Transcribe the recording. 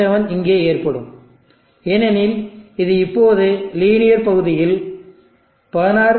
7 இங்கே ஏற்படும் ஏனெனில் இது இப்போது லீனியர் பகுதியில் 16 0